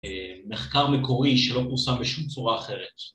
‫מחקר מקורי שלא פורסם ‫בשום צורה אחרת.